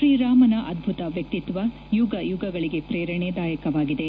ಶ್ರೀರಾಮನ ಅದ್ಬುತ ವ್ಯಕ್ತಿತ್ವ ಯುಗಯುಗಗಳಿಗೆ ಪ್ರೇರಣಾದಾಯಕವಾಗಿದೆ